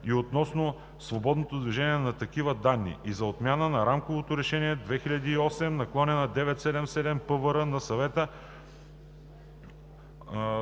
и относно свободното движение на такива данни, и за отмяна на Рамково решение 2008/977/ПВР на Съвета